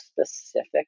specific